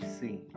seen